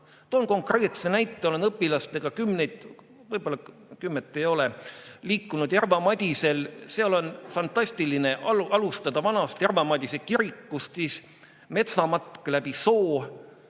Toon konkreetse näite. Olen õpilastega kümneid kordi – võib-olla kümmet ei ole – liikunud Järva-Madisel. Seal on fantastiline alustada vanast Järva-Madise kirikust, siis teha metsamatk läbi soo,